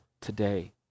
today